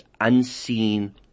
unseen